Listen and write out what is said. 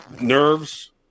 nerves